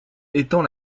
étend